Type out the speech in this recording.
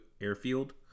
Airfield